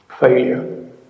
failure